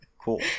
Cool